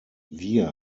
wir